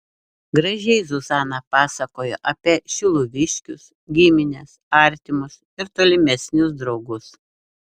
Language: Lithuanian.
gražiai zuzana pasakojo apie šiluviškius gimines artimus ir tolimesnius draugus